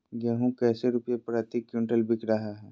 गेंहू कैसे रुपए प्रति क्विंटल बिक रहा है?